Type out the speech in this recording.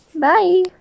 Bye